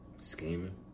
scheming